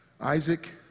Isaac